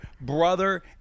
brother